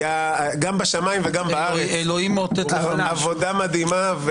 גם בשמיים וגם בארץ הייתה עבודה מדהימה.